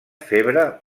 febre